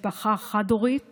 משפחה חד-הורית